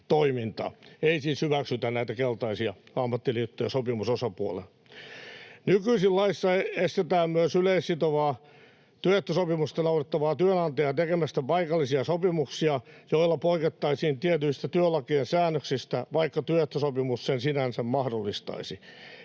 Ei siis hyväksytä näitä keltaisia ammattiliittoja sopimusosapuolina. Nykyisin laissa estetään myös yleissitovaa työehtosopimusta noudattavaa työnantajaa tekemästä paikallisia sopimuksia, joilla poikettaisiin tietyistä työlakien säännöksistä, vaikka työehtosopimus sen sinänsä mahdollistaisi.